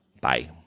Bye